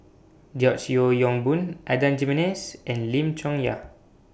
George Yeo Yong Boon Adan Jimenez and Lim Chong Yah